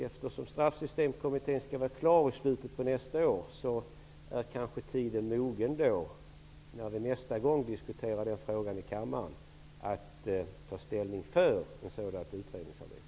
Eftersom Straffsystemkommitténs arbete skall vara klart i slutet av nästa år kanske tiden kommer att vara mogen för att ta ställning för ett sådant utredningsarbete när vi nästa gång diskuterar frågan i kammaren.